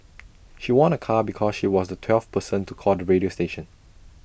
she won A car because she was the twelfth person to call the radio station